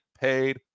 paid